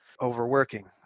overworking